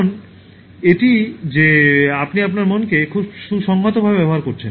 কারণ এটি যে আপনি আপনার মনকে খুব সুসংহতভাবে ব্যবহার করছেন